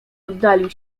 oddalił